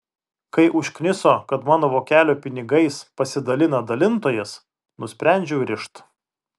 kai užkniso kad mano vokelio pinigais pasidalina dalintojas nusprendžiau rišt